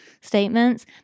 statements